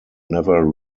never